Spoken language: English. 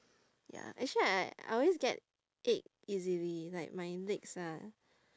ya actually I I I always get ache easily like my legs ah